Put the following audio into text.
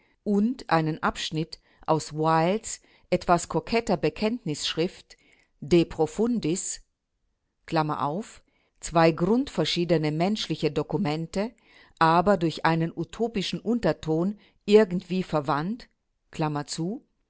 etwas koketter bekenntnisschrift de profundis zwei grundverschiedene menschliche dokumente aber durch einen utopischen unterton